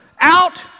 out